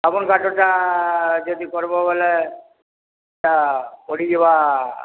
ସାଗୁନ୍ କାଠ'ଟା ଯଦି କର୍ବ ପଡ଼ିଯିବା